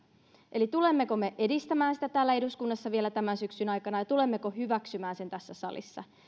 eli tulemmeko me edistämään sitä täällä eduskunnassa vielä tämän syksyn aikana ja tulemmeko hyväksymään sen tässä salissa